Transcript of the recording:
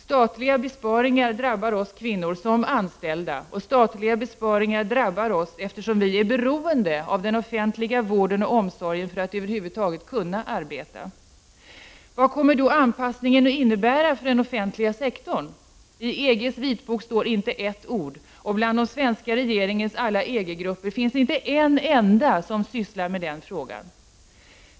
Statliga besparingar drabbar oss kvinnor som anställda, och statliga besparingar drabbar oss eftersom vi är beroende av den offentliga vården och omsorgen för att över huvud taget kunna arbeta. Vad kommer då EG-anpassningen att innebära för den offentliga sektorn? I EG:s vitbok står inte ett ord. Bland den svenska regeringens alla EG-arbetsgrupper finns inte en enda som sysslar med den frågan!